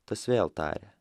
tas vėl tarė